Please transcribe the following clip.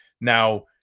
Now